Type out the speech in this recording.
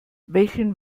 welchen